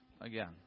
again